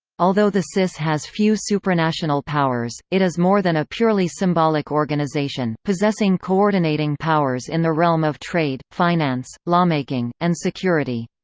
although the cis has few supranational powers, it is more than a purely symbolic organization, possessing coordinating powers in the realm of trade, finance, lawmaking, and security.